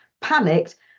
panicked